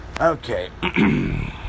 okay